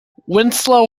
winslow